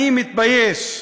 אני מתבייש,